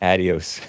Adios